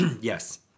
Yes